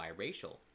biracial